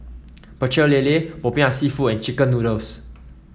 Pecel Lele popiah seafood and chicken noodles